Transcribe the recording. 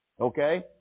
Okay